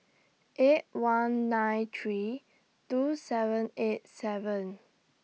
eight one nine three two seven eight seven